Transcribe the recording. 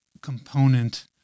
component